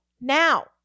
now